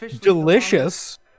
delicious